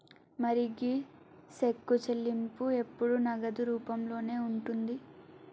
మరి గీ సెక్కు చెల్లింపు ఎప్పుడు నగదు రూపంలోనే ఉంటుంది